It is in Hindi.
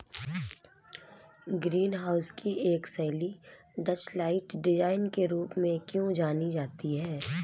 ग्रीन हाउस की एक शैली डचलाइट डिजाइन के रूप में क्यों जानी जाती है?